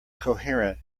coherent